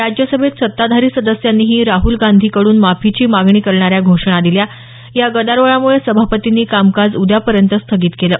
राज्यसभेत सत्ताधारी सदस्यांनीही राहल गांधीकड्रन माफीची मागणी करणाऱ्या घोषणा दिल्या या गदारोळामुळे सभापतींनी कामकाज उद्यापर्यंत स्थगित केलं